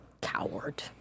coward